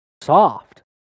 soft